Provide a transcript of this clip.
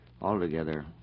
altogether